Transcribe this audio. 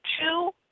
two